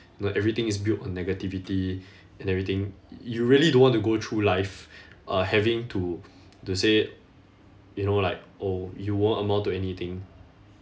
you know everything is built on negativity and everything you you really don't want to go through life uh having to to say you know like oh you won't amount to anything